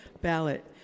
ballot